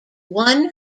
one